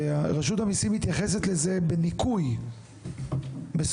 שרשות המיסים מתייחסת לזה בניכוי מסוים,